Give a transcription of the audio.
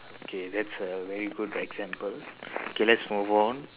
okay that's a very good example okay lets move on